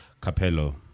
Capello